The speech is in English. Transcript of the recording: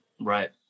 right